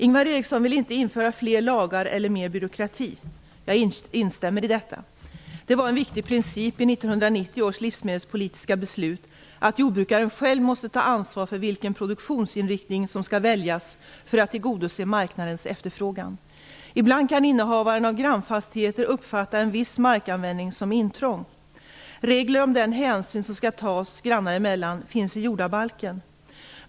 Ingvar Eriksson vill inte införa fler lagar eller mer byråkrati. Jag instämmer i detta. Det var en viktig princip i 1990 års livsmedelspolitiska beslut att jordbrukaren själv måste ta ansvar för vilken produktionsinriktning som skall väljas för att tillgodose marknadens efterfrågan. Ibland kan innehavarna av grannfastigheter uppfatta en viss markanvändning som intrång. Regler om den hänsyn som skall tas grannar emellan finns i jordabalken.